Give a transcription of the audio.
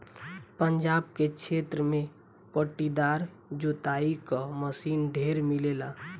पंजाब के क्षेत्र में पट्टीदार जोताई क मशीन ढेर मिलेला